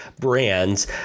brands